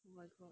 oh my god